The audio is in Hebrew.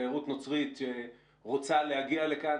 תיירות נוצרית שרוצה להגיע לכאן.